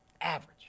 Average